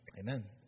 Amen